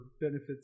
benefits